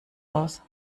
aus